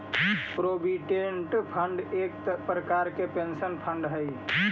provident fund एक प्रकार के पेंशन फंड हई